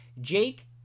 Jake